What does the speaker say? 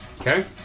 Okay